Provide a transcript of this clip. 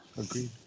Agreed